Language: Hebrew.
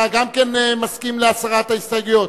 גם אתה מסכים להסרת ההסתייגויות?